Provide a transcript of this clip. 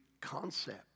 concept